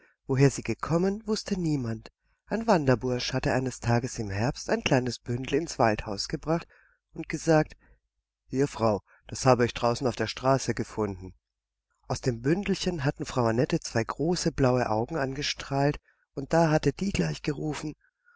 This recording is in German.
woher sie gekommen wußte niemand ein wanderbursch hatte eines tages im herbst ein kleines bündel ins waldhaus gebracht und gesagt hier frau das habe ich draußen auf der straße gefunden aus dem bündelchen hatten frau annette zwei große blaue augen angestrahlt und da hatte die gleich gerufen